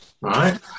Right